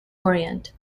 orient